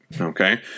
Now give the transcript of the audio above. Okay